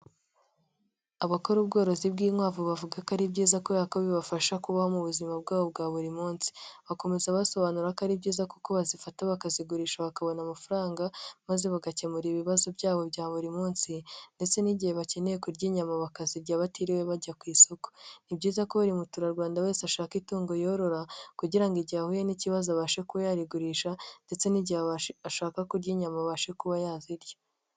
Abakora ubworozi bw'inkwavu bavuga ko ari byiza ko yaka bibafasha kubaho mu buzima bwabo bwa buri munsi, bakomeza basobanura ko ari byiza kuko bazifata bakazigurisha bakabona amafaranga, maze bagakemura ibibazo byabo bya buri munsi, ndetse n'igihe bakeneye kurya inyama bakazirya batiriwe bajya ku isoko, ni byiza ko buri muturarwanda wese ashaka itungo yorora, kugira ngo igihe ahuye n'ikibazo abashe kurigurisha, ndetse n'igihe ashaka kurya inyama abashe kuba yazirya.